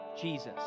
Jesus